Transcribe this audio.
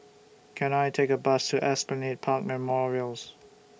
Can I Take A Bus to Esplanade Park Memorials